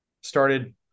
started